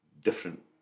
different